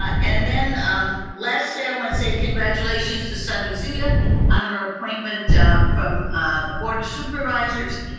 and then um lastly, i want to say congratulations to sunny zia on her appointment from the board of supervisors.